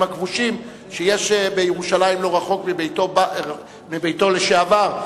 הכבושים" שיש בירושלים לא רחוק מביתו לשעבר,